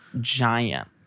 giant